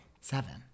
Seven